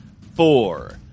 four